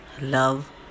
love